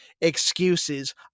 excuses